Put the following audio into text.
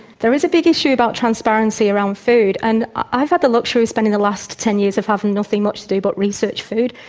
there is a big issue about transparency around food, and i've had the luxury of spending the last ten years of having nothing much to do but research food,